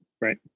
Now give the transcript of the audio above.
Right